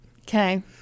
Okay